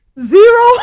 Zero